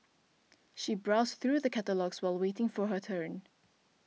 she browsed through the catalogues while waiting for her turn